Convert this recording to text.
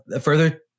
further